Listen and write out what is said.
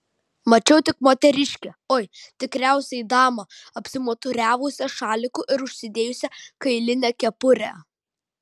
mačiau tik moteriškę oi tikriausiai damą apsimuturiavusią šaliku ir užsidėjusią kailinę kepurę